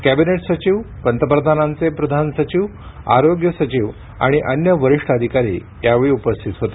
cabinet सचिव पंतप्रधानांचे प्रधान सचिव आरोग्य सचिव आणि अन्य वरिष्ठ अधिकारी यावेळी उपस्थित होते